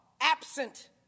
Absent